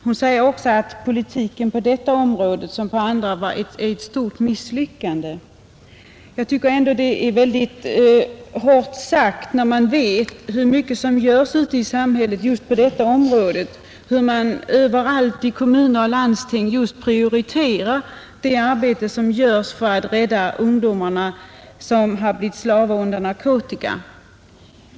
Hon säger också att politiken på detta område liksom på andra varit ett stort misslyckande, Det är mycket hårt sagt när man vet hur mycket som görs i samhället på detta område, hur man överallt ute i kommuner och landsting prioriterar just arbetet för att rädda de ungdomar som blivit slavar under narkotika.